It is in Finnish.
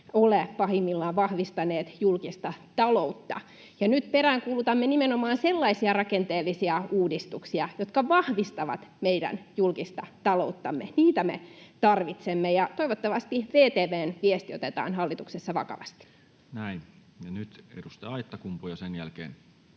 ole pahimmillaan vahvistaneet julkista taloutta. Nyt peräänkuulutamme nimenomaan sellaisia rakenteellisia uudistuksia, jotka vahvistavat meidän julkista talouttamme, niitä me tarvitsemme, ja toivottavasti VTV:n viesti otetaan hallituksessa vakavasti. [Speech 370] Speaker: Toinen